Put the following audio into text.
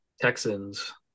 texans